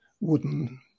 wooden